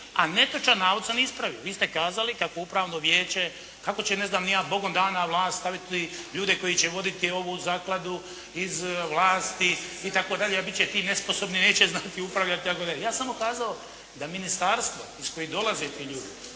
netočan navod sam isp Vi ste kazali kako upravno vijeće, kako će ne znam Bogom dana vlast staviti ljude koji će voditi ovu zakladu iz vlasti itd., a biti će i nesposobni neće znati upravljati itd. Ja sam ukazao da ministarstvo iz kojeg dolaze tih ljudi,